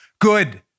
Good